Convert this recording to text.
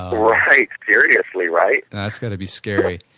right, seriously, right and that's going to be scary.